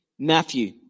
Matthew